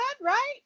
right